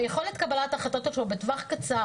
ויכולת קבלת ההחלטות שלו בטווח קצר,